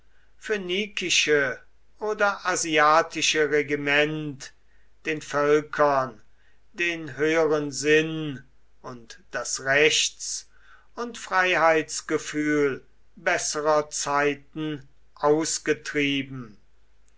phönikische oder asiatische regiment den völkern den höheren sinn und das rechts und freiheitsgefühl besserer zeiten ausgetrieben